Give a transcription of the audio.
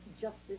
justice